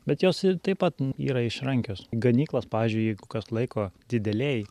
bet jos taip pat yra išrankios ganyklos pavyzdžiui jeigu kas laiko didelėje